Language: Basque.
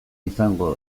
izango